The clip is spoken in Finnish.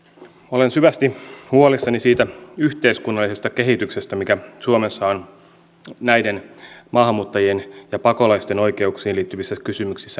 olen syvästi huolissani siitä yhteiskunnallisesta kehityksestä mikä suomessa on maahanmuuttajien ja pakolaisten oikeuksiin liittyvissä kysymyksissä tapahtumassa